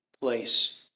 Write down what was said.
place